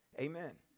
Amen